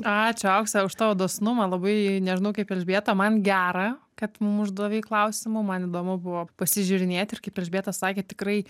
ačiū aukse už tavo dosnumą labai nežinau kaip elžbieta man gera kad mum uždavei klausimų man įdomu buvo pasižiūrinėti ir kaip elžbieta sakė tikrai